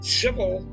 civil